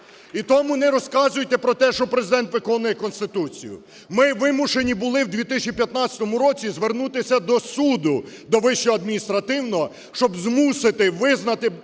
І тому не розказуйте про те, що Президент виконує Конституцію. Ми вимушені були в 2015 році звернутися до суду до Вищого адміністративного, щоб змусити визнати